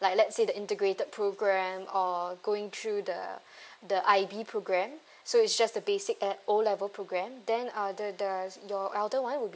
like let say the integrated program or going through the the ivy program so it's just the basic at O level program then uh the the your elder [one] would be